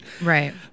right